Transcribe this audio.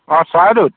অঁ চাৰাইদেউত